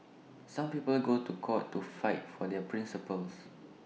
some people go to court to fight for their principles